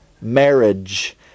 marriage